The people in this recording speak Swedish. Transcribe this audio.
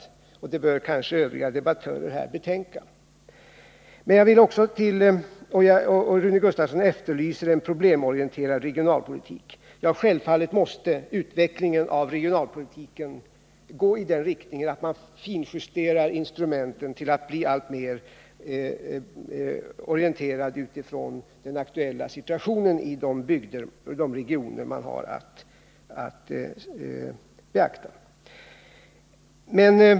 Det bör kanske övriga debattörer här betänka. Rune Gustavsson efterlyser en problemorienterad regionalpolitik. Självfallet måste utvecklingen av regionalpolitiken gå i den riktningen att man finjusterar instrumenten till att bli alltmer orienterade utifrån den aktuella situationen i de regioner man har att beakta.